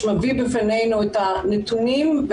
שמביא בפנינו את הנתונים,